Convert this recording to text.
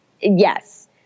Yes